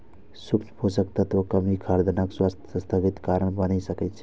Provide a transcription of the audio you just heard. सूक्ष्म पोषक तत्वक कमी खतरनाक स्वास्थ्य स्थितिक कारण बनि सकै छै